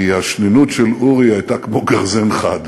כי השנינות של אורי הייתה כמו גרזן חד,